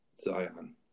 zion